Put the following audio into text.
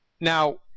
Now